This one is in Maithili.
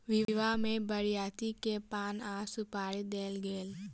विवाह में बरियाती के पान आ सुपारी देल गेल